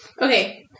okay